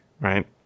right